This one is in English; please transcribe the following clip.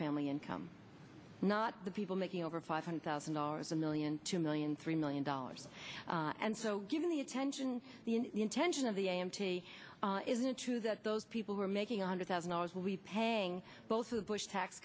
family income not the people making over five hundred thousand dollars a million two million three million dollars and so given the attention intention of the a m t isn't it true that those people who are making a hundred thousand dollars will be paying both of the bush tax